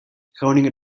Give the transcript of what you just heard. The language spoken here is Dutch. groningen